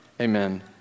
Amen